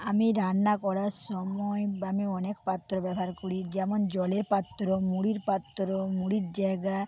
আমি রান্না করর সময় আমি অনেক পাত্র ব্যবহার করি যেমন জলের পাত্র মুড়ির পাত্র মুড়ির জায়গা